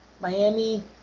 Miami